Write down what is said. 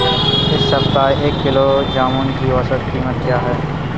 इस सप्ताह एक किलोग्राम जामुन की औसत कीमत क्या है?